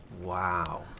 wow